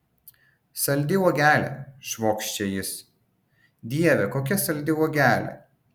saldi uogelė švokščia jis dieve kokia saldi uogelė